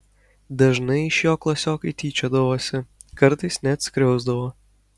dažnai iš jo klasiokai tyčiodavosi kartais net skriausdavo